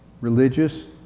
religious